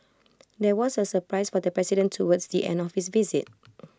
there was A surprise for the president towards the end of his visit